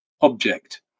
object